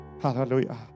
Hallelujah